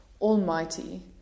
almighty